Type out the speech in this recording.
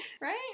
Right